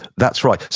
that's right.